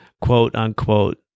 quote-unquote